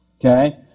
okay